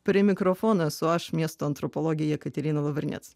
prie mikrofono esu aš miesto antropologė jekaterina lavriniec